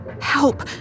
Help